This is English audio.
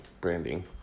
Branding